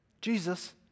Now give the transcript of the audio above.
Jesus